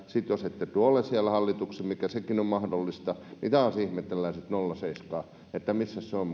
sitten jos ette tule olemaan siellä hallituksessa mikä sekin on mahdollista niin taas ihmetellään sitä nolla pilkku seitsemää että missä se on